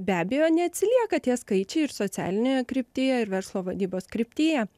be abejo neatsilieka tie skaičiai ir socialinėje kryptyje ir verslo vadybos kryptyje